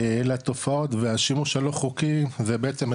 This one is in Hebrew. ולתופעות והשימוש הלא חוקי זה בעצם,